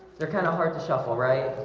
they're kind of hard to shuffle, right?